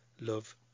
Love